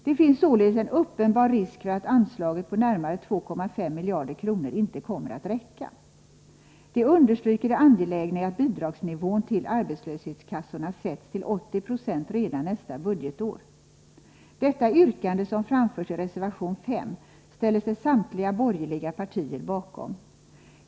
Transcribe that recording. Det finns således en uppenbar risk för att anslaget på närmare 2,5 miljarder kronor inte kommer att räcka. Det understryker det angelägna i att bidragsnivån för arbetslöshetskassorna sätts till 80 96 redan nästa budgetår. Detta yrkande, som framförs i reservation 5, ställer sig samtliga borgerliga partier bakom.